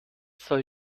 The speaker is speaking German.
soll